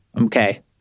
okay